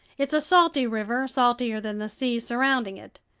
it's a salty river, saltier than the sea surrounding it.